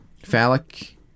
Phallic